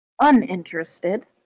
uninterested